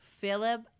Philip